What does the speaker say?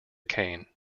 cane